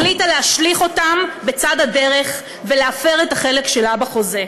החליטה להשליך אותם בצד הדרך ולהפר את החלק שלה בחוזה.